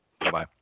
Bye-bye